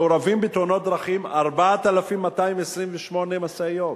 מעורבות בתאונות דרכים 4,228 משאיות.